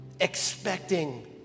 expecting